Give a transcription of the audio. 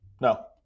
No